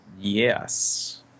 Yes